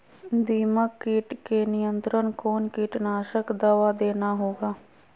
दीमक किट के नियंत्रण कौन कीटनाशक दवा देना होगा?